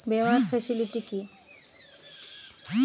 বীমার ফেসিলিটি কি?